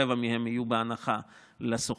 רבע מהן יהיו בהנחה לשוכרים.